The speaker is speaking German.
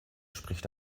spricht